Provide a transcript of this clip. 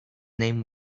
name